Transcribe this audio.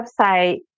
website